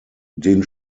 den